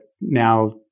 now